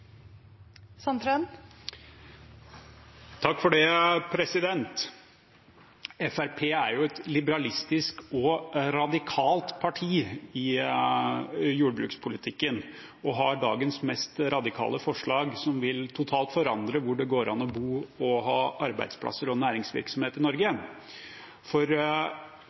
radikalt parti i jordbrukspolitikken og har dagens mest radikale forslag, som totalt vil forandre hvor det går an å bo og ha arbeidsplasser og næringsvirksomhet i Norge. For